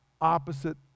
opposite